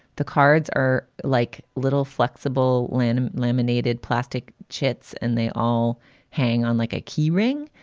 the cards are like little flexible linen, laminated plastic chits, and they all hang on like a key ring.